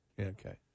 Okay